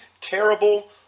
terrible